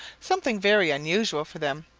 something very unusual for them,